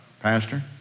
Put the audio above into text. Pastor